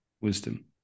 wisdom